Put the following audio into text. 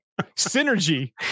synergy